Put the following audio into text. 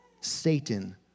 Satan